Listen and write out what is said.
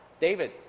David